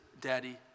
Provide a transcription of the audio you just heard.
Daddy